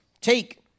take